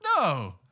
No